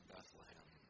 Bethlehem